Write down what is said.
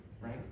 right